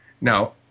Now